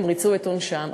הם ריצו את עונשם.